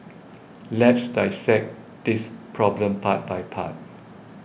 let's dissect this problem part by part